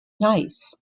nice